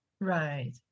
Right